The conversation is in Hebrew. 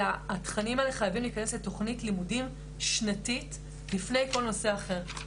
אלא התכנים האלה חייבים להיכנס לתכנית לימודים שנתית לפני כל נושא אחר.